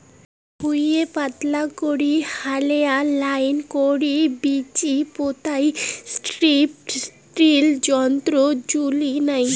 ভুঁইয়ে পাতলা করি হালেয়া লাইন করি বীচি পোতাই স্ট্রিপ টিল যন্ত্রর জুড়ি নাই